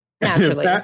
Naturally